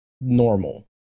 normal